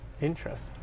Interesting